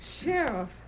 Sheriff